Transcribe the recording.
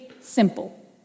simple